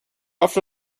often